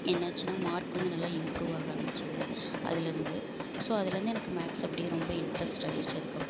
என்னாச்சுன்னா மார்க் வந்து நல்லா இம்ப்ரூவ் ஆக ஆரம்மிச்சுது அதிலருந்து ஸோ அதிலருந்து எனக்கு மேக்ஸ் அப்படியே ரொம்ப இன்ட்ரஸ்ட்டாகிருச்சி அதுக்கப்புறம்